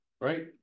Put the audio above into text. right